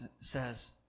says